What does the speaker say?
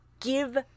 give